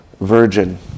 virgin